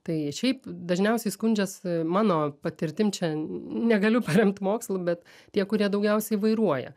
tai šiaip dažniausiai skundžias mano patirtim čia negaliu paremt mokslu bet tie kurie daugiausiai vairuoja